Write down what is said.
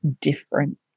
different